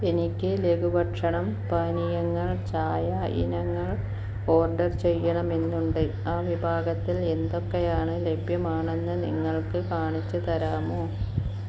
എനിക്ക് ലഘുഭക്ഷണം പാനീയങ്ങൾ ചായ ഇനങ്ങൾ ഓർഡർ ചെയ്യണമെന്നുണ്ട് ആ വിഭാഗത്തിൽ എന്തൊക്കെയാണ് ലഭ്യമാണെന്ന് നിങ്ങൾക്ക് കാണിച്ചു തരാമോ